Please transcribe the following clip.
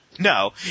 No